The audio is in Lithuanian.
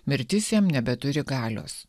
mirtis jam nebeturi galios